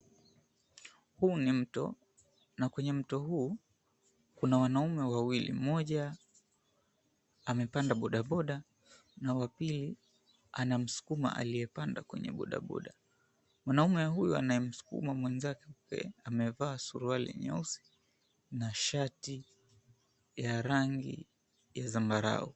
Huu ni mto. Na kwenye mto huu kuna wanaume wawili mmoja amepanda bodaboda na wa pili anamsukuma aliyepanda kwenye bodaboda. Mwanaume ya huyo anayemsukuma mwenzake kule amevaa suruali nyeusi na shati ya rangi ya zambarau.